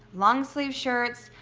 long sleeve shirts.